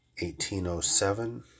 1807